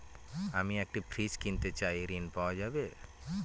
আমি একটি ফ্রিজ কিনতে চাই ঝণ পাওয়া যাবে?